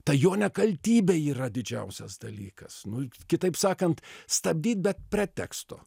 ta jo nekaltybė yra didžiausias dalykas nu kitaip sakant stabdyt be preteksto